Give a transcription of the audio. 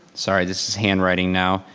sorry, this is handwriting now.